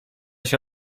się